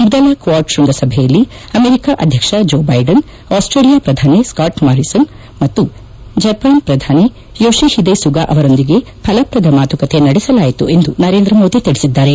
ಮೊದಲ ಕ್ವಾಡ್ ಶೃಂಗಸಭೆಯಲ್ಲಿ ಅಮೆರಿಕಾ ಅಧ್ಯಕ್ಷ ಜೋ ಬೈಡನ್ ಆಸ್ಟೇಲಿಯಾ ಪ್ರಧಾನಿ ಸ್ಕಾಟ್ ಮಾರಿಸನ್ ಮತ್ತು ಜಪಾನ್ ಪ್ರಧಾನಿ ಯೊಶಿಹಿದೆ ಸುಗಾ ಅವರೊಂದಿಗೆ ಫಲಪ್ರದ ಮಾತುಕತೆ ನಡೆಸಲಾಯಿತು ಎಂದು ನರೇಂದ್ರ ಮೋದಿ ತಿಳಿಸಿದ್ದಾರೆ